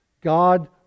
God